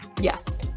Yes